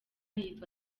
yitwa